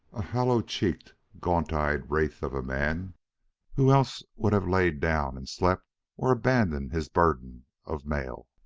a hollow-cheeked, gaunt-eyed wraith of a man who else would have lain down and slept or abandoned his burden of mail.